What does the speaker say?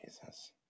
Jesus